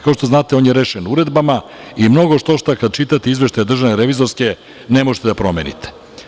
Kao što znate on je rešen uredbama i mnogo štošta, kad čitate izveštaj Državne revizorske ne možete da promenite.